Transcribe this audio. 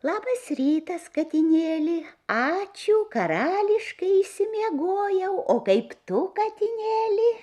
labas rytas katinėli ačiū karališkai išsimiegojau o kaip tu katinėli